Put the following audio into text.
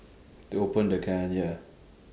to open the can ya